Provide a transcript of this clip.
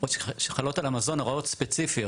שחלות על המזון הוראות ספציפיות.